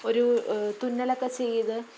ഒരു തുന്നലൊക്കെ ചെയ്ത്